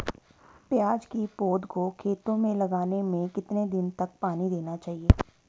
प्याज़ की पौध को खेतों में लगाने में कितने दिन तक पानी देना चाहिए?